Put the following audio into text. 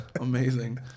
amazing